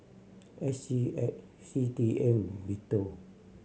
S G X C T A and BTO